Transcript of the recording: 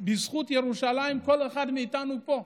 בזכות ירושלים כל אחד מאיתנו פה.